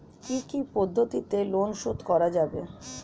কি কি পদ্ধতিতে লোন শোধ করা যাবে?